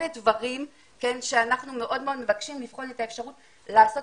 אלה דברים שאנחנו מאוד מאוד מבקשים לבחון את האפשרות לעשות